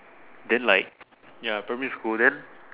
then like ya primary school then